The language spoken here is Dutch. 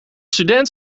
student